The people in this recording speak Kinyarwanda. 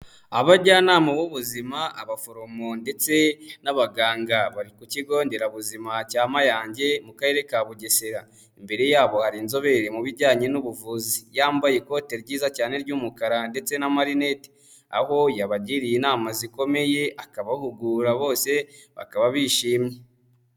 Abajyanama b'ubuzima, abaforomo ndetse n'abaganga bari ku kigo nderabuzima cya Mayange mu karere ka Bugesera. Imbere yabo hari inzobere mu bijyanye n'ubuvuzi. Yambaye ikote ryiza cyane ry'umukara ndetse n'amarinete, aho yabagiriye inama zikomeye, akabahugura bose bakaba bishimye.